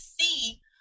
see